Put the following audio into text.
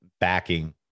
backing